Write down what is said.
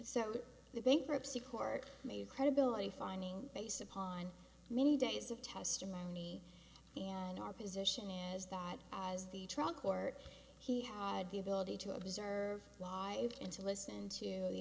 certainly the bankruptcy court made a credibility finding based upon many days of testimony and our position is that as the trial court he had the ability to observe live and to listen to the